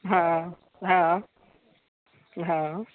हँ